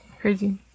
Crazy